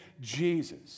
Jesus